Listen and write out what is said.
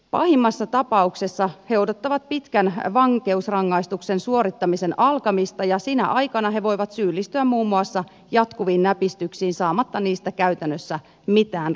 pahimmassa tapauksessa he odottavat pitkän vankeusrangaistuksen suorittamisen alkamista ja sinä aikana he voivat syyllistyä muun muassa jatkuviin näpistyksiin saamatta niistä käytännössä mitään rangaistusta